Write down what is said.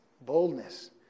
boldness